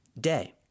day